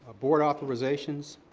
ah board authorizations.